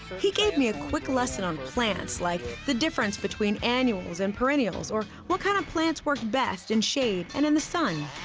he gave me a quick lesson on plants, like the difference between annuals and perennials or what kind of plants worked best in shade and in the sun.